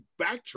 backtrack